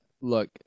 Look